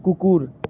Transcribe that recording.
কুকুর